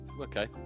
Okay